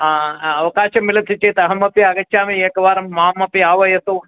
हा अवकाशं मिलति चेत् अहमपि आगच्छामि एकवारं मामपि आह्वयतु